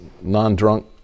non-drunk